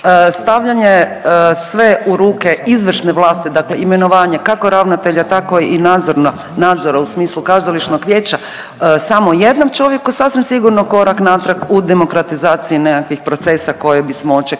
stavljanje sve u ruke izvršne vlasti, dakle imenovanje kako ravnatelja tako i nadzora u smislu kazališnog vijeća samo jednom čovjeku sasvim sigurno korak natrag u demokratizaciji nekakvih procesa koje bismo očekivali.